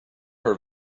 her